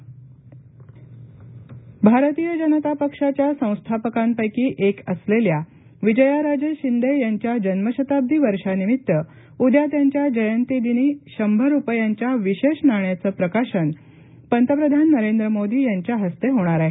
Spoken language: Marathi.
पंतप्रधान विजयाराजे भारतीय जनता पक्षाच्या संस्थापकांपैकी एक असलेल्या विजयाराजे शिंदे यांच्या जन्मशताब्दी वर्षानिमित्त उद्या त्यांच्या जयतीदिनी शंभर रुपयांच्या विशेष नाण्याच प्रकाशन पतप्रधान नरेंद्र मोदी यांच्या हस्ते होणार आहे